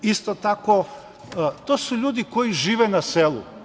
Isto tako, to su ljudi koji žive na selu.